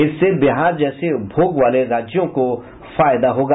इससे बिहार जैसे उपभोग वाले राज्यों को फायदा होगा